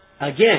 Again